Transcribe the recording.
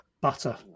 Butter